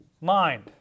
Mind